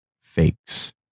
fakes